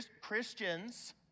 Christians